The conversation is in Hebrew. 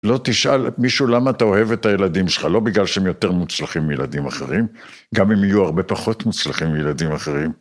לא תשאל מישהו למה אתה אוהב את הילדים שלך, לא בגלל שהם יותר מוצלחים מילדים אחרים, גם אם יהיו הרבה פחות מוצלחים מילדים אחרים.